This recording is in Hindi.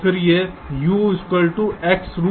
अच्छी तरह से या U X